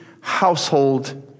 household